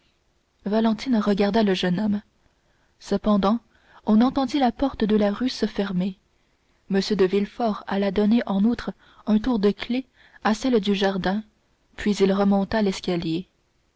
valentine regarda le jeune homme cependant on entendit la porte de la rue se fermer m de villefort alla donner en outre un tour de clef à celle du jardin puis il remonta l'escalier